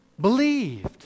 Believed